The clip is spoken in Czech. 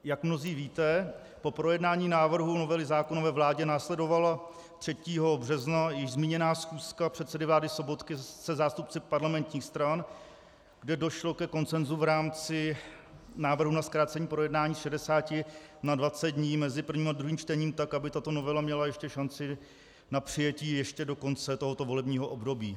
Jak mnozí víte, po projednání návrhu novely zákona ve vládě následovalo 3. března již zmíněná schůzka předsedy vlády Sobotky se zástupci parlamentních stran, kde došlo ke konsenzu v rámci návrhu na zkrácení projednání z 60 na 20 dní mezi prvním a druhým čtením, tak aby tato novela měla ještě šanci na přijetí ještě do konce tohoto volebního období.